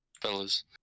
fellas